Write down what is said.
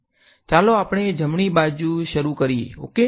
ચાલો આપણે જમણી બાજુથી શરૂ કરીએ ઓકે